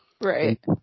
right